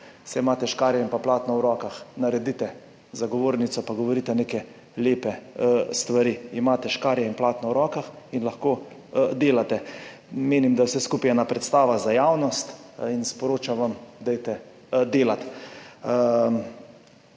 saj imate škarje in platno v rokah, naredite. Za govornico pa govorite neke lepe stvari. Imate škarje in platno v rokah in lahko delate. Menim, da je vse skupaj ena predstava za javnost, in sporočam vam, dajte delati.